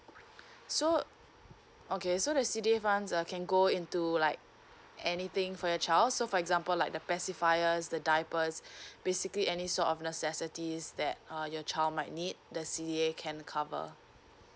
so okay so the C_D_A fund uh can go into like anything for your child so for example like the pacifier the diapers basically any sort of necessities that uh your child might need the C_D_A can cover